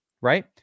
right